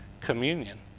communion